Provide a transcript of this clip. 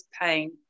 pain